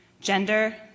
gender